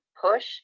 push